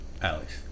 Alex